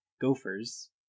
gophers